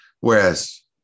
Whereas